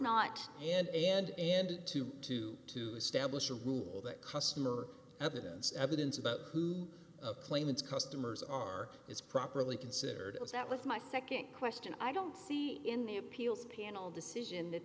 not an end and to to to establish a rule that customer evidence evidence about who claim its customers are is properly considered as that with my second question i don't see in the appeals panel decision that